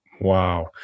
Wow